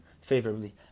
favorably